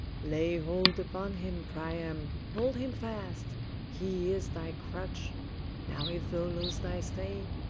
lay hold upon him, priam, hold him fast he is thy crutch now if thou lose thy stay,